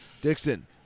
Dixon